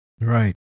Right